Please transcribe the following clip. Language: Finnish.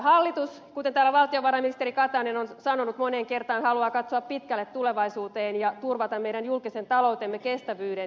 hallitus kuten täällä valtiovarainministeri katainen on sanonut moneen kertaan haluaa katsoa pitkälle tulevaisuuteen ja turvata meidän julkisen taloutemme kestävyyden